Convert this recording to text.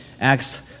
Acts